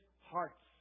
hearts